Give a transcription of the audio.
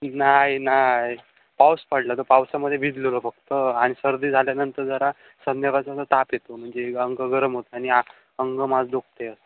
नाय नाय पाऊस पडला तर पावसामध्ये भिजलो होतो फक्त आणि सर्दी झाल्यानंतर जरा संध्याकाळचा ताप येतो म्हणजे अंग गरम होतं आणि आंग माझ दोघते असं